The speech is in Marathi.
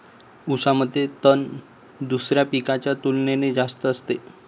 ऊसामध्ये तण दुसऱ्या पिकांच्या तुलनेने जास्त असते